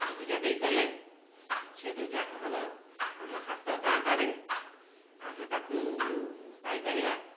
ବଗିଚାଟାଏ କଲେ ସେଇଠୁ ଯାହା ହେବ ଆମ ହାତ ପାହାଁନ୍ତାରେ ଆମେ ତା'କୁ ପାଇ ପାରିବା